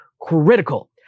critical